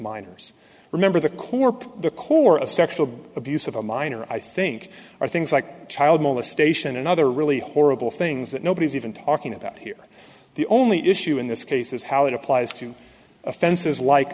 minors remember the corp the core of sexual abuse of a minor i think are things like child molestation and other really horrible things that nobody's even talking about here the only issue in this case is how it applies to offenses like